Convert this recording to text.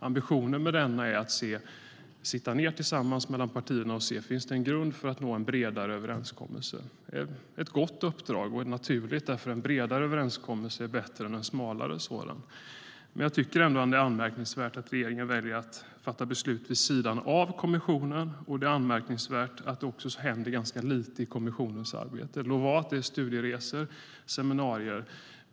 Ambitionen med den är att sitta ned tillsammans mellan partierna och se: Finns det en grund för att nå en bredare överenskommelse? Det är ett gott uppdrag och är naturligt därför att en bredare överenskommelse är bättre än en smalare sådan. Men det är ändå anmärkningsvärt att regeringen väljer att fatta beslut vid sidan av kommissionen. Det är också anmärkningsvärt att det händer ganska lite i kommissionens arbete. Låt vara att det är studieresor och seminarier.